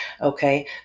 Okay